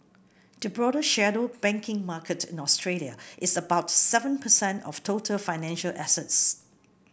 the broader shadow banking market in Australia is about seven percent of total financial assets